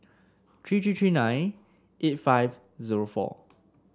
three three three nine eight five zero four